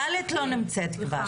ד' לא נמצאת כבר.